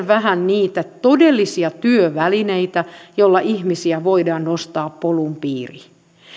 vähän niitä todellisia työvälineitä joilla ihmisiä voidaan nostaa polun piiriin